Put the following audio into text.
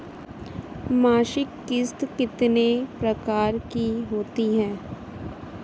मासिक किश्त कितने प्रकार की होती है?